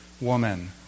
woman